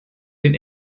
den